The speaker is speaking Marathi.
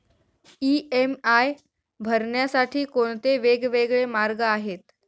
इ.एम.आय भरण्यासाठी कोणते वेगवेगळे मार्ग आहेत?